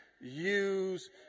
use